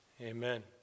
Amen